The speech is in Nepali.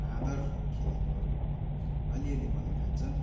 बाँदर खेलेकोहरू अलिअलि मलाई थाहा छ